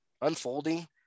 unfolding